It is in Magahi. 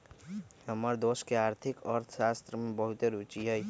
हमर दोस के आर्थिक अर्थशास्त्र में बहुते रूचि हइ